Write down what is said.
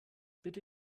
bitte